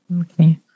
okay